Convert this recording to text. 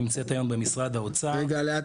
שנמצאת היום במשרד האוצר- -- רשות